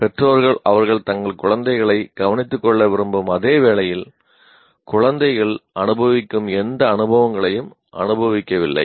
பெற்றோர்கள் அவர்கள் தங்கள் குழந்தைகளை கவனித்துக் கொள்ள விரும்பும் அதே வேளையில் குழந்தைகள் அனுபவிக்கும் எந்த அனுபவங்களையும் அனுபவிக்கவில்லை